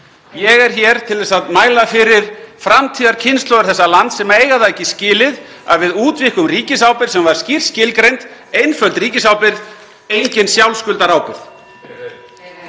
Ég er hér til að mæla fyrir framtíðarkynslóðir þessa lands sem eiga það ekki skilið (Forseti hringir.) að við útvíkkum ríkisábyrgð sem var skýrt skilgreind einföld ríkisábyrgð, engin sjálfsskuldarábyrgð.